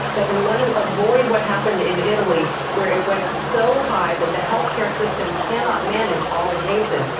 but we want to avoid what happened in italy where it went so high that the healthcare system cannot manage all the cases.